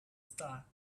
star